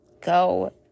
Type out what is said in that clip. go